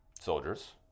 soldiers